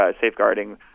safeguarding